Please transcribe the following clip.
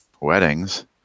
weddings